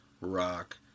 rock